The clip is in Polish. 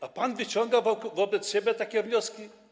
A pan wyciąga wobec siebie takie wnioski?